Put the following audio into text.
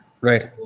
Right